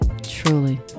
truly